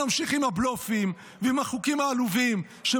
על תגמול מילואים ונקודות זיכוי מס למשרת מילואים פעיל),